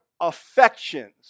affections